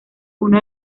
uno